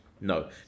No